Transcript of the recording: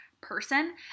person